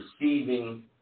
receiving